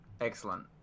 Excellent